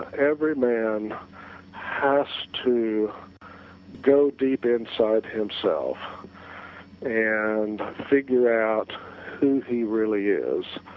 every man has to go deep inside himself and figure out who he really is,